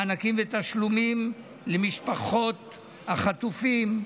מענקים ותשלומים למשפחות החטופים,